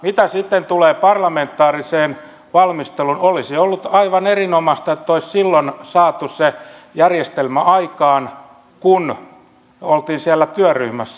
mitä tulee parlamentaariseen valmisteluun olisi ollut aivan erinomaista että olisi silloin saatu se järjestelmä aikaan kun oltiin siellä työryhmässä